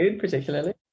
particularly